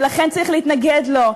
ולכן צריך להתנגד לו.